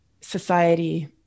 society